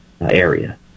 area